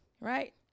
right